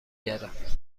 گردد